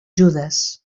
judes